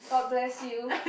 god bless you